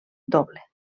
doble